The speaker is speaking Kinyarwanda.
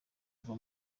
kuva